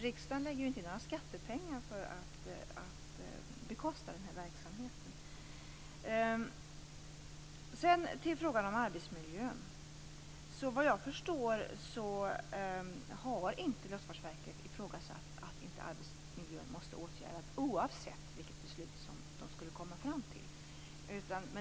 Riksdagen lägger inte in några skattepengar för att bekosta den här verksamheten. Sedan till frågan om arbetsmiljön. Såvitt jag förstår har inte Luftfartsverket ifrågasatt att arbetsmiljön måste åtgärdas oavsett vilket beslut som det skulle komma fram till.